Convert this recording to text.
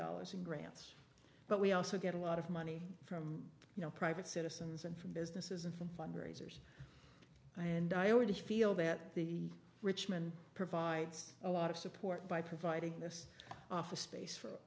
dollars in grants but we also get a lot of money from you know private citizens and from businesses and from fundraisers and i always feel that the richmond provides a lot of support by providing this office space for